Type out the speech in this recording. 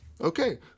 Okay